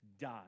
died